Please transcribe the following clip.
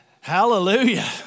Hallelujah